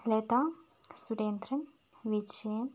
Latha Surendran Vijayan